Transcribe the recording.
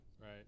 Right